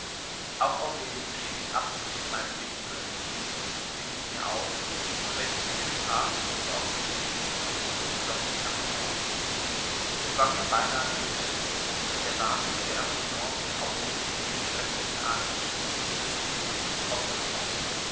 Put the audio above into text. auch aurelie schien sich absichtlich meinem blick zu entziehen sie wich mir aus und wenn ich mit ihr sprach war auch sie ängstlich und beklommen wie hermogen es war mir beinahe gewiß daß der wahnsinnige hermogen gegen aurelie jene schreckliche ahnungen die mich durchbebten ausgesprochen